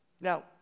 Now